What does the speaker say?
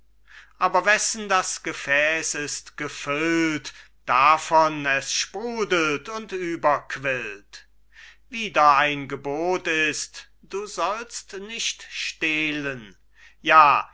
aber wessen das gefäß ist gefüllt davon es sprudelt und überquillt wieder ein gebot ist du sollst nicht stehlen ja